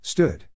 Stood